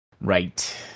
Right